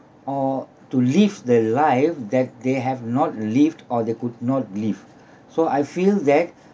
or to live the life that they have not lived or they could not live so I feel that